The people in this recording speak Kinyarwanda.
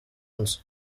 nzu